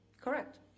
Correct